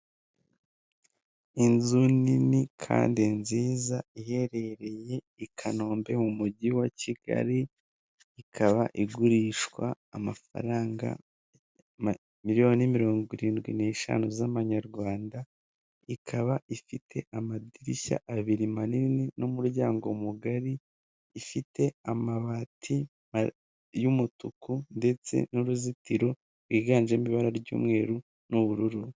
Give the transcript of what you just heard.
Inzu nini kandi nziza iherereye i kanombe mu mujyi wa kigali ikaba igurishwa amafaranga miliyoni mirongo irindwi n'eshanu z'amanyarwanda ikaba ifite amadirishya abiri manini n'umuryango mugari ifite amabati y'umutuku ndetse n'uruzitiro rwiganjemo ibara ry'umweru n'ubururu.